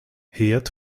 herd